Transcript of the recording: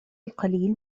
القليل